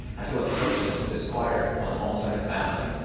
i feel a closeness to this choir almost like a family.